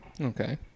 Okay